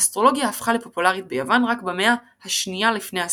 האסטרולוגיה הפכה לפופולרית ביוון רק במאה השנייה לפנה"ס.